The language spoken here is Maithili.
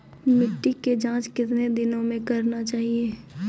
मिट्टी की जाँच कितने दिनों मे करना चाहिए?